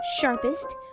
sharpest